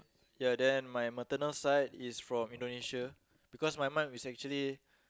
ya then my maternal side is from Indonesia because my mom is actually